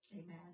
Amen